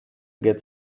get